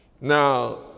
Now